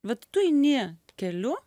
vat tu eini keliu